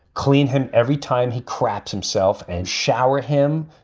clean him. every time he craps himself and shower him,